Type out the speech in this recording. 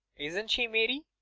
isn't she, mary?